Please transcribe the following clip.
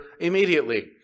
immediately